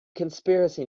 conspiracy